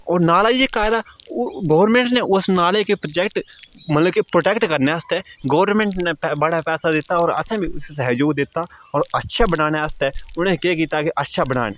ओह् नाला जेह्का ऐ ते ओह् गौरमेंट ने उस नाले दे प्रोजेक्ट मतलब कि प्रोटेक्ट करने आस्तै गौरमेंट ने बड़ा पैसा दित्ता होर असें बी उसी सैह्जोग दित्ता होर अच्छा बनाने आस्तै उ'ने केह् कीता कि अच्छा बनान